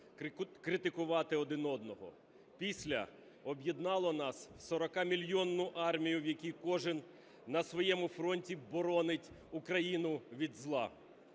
критикувати один одного. "Після" об'єднало нас в 40-мільйонну армію, в якій кожен на своєму фронті боронить Україну від зла.